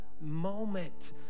moment